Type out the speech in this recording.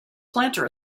planter